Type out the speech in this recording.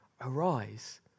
arise